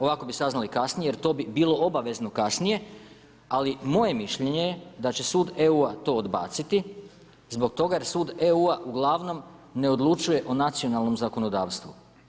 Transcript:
Ovako bi saznali kasnije jer to bi bilo obavezno kasnije, ali moje mišljenje je da će sud EU to odbaciti zbog toga jer sud EU uglavnom ne odlučuje o nacionalnom zakonodavstvu.